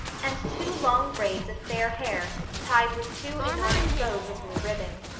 and two long braids of fair hair tied with two enormous bows of blue ribbon.